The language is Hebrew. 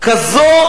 כזאת